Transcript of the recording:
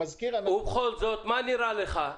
ובכל זאת, מה נראה לך?